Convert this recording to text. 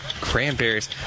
Cranberries